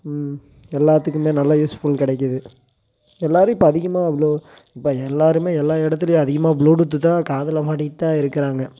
எல்லோத்துக்குமே நல்ல யூஸ்ஃபுல் கிடைக்கிது எல்லோரும் இப்போ அதிகமாக ப்ளு இப்போ எல்லோருமே எல்லா எடத்துலேயும் அதிகமாக ப்ளூடூத்து தான் காதில் மாட்டிகிட்டுதான் இருக்கிறாங்க